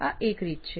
આ એક રીત છે